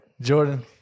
Jordan